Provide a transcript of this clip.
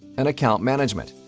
and account management.